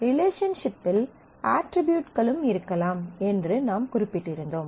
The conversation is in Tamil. ரிலேஷன்ஷிப்பில் அட்ரிபியூட்களும் இருக்கலாம் என்று நாம் குறிப்பிட்டிருந்தோம்